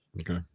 Okay